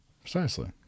Precisely